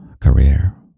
career